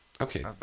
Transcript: Okay